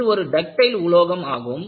இது ஒரு டக்டைல் உலோகம் ஆகும்